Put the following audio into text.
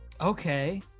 Okay